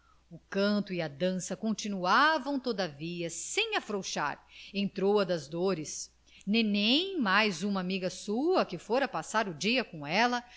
o canto e a dança continuavam todavia sem afrouxar entrou a das dores nenen mais uma amiga sua que fora passar o dia com ela